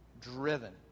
driven